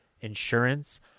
insurance